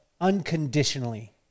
unconditionally